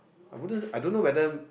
I wouldn't I don't know whether